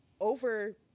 over